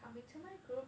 coming to my group